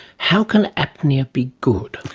how can apnoea be good?